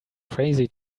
crazy